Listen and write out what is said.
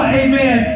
amen